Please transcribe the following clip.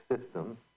system